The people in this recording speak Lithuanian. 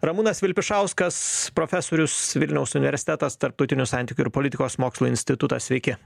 ramūnas vilpišauskas profesorius vilniaus universitetas tarptautinių santykių ir politikos mokslų institutą sveiki